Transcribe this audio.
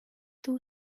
two